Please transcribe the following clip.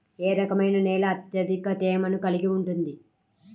ఏ రకమైన నేల అత్యధిక తేమను కలిగి ఉంటుంది?